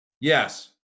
Yes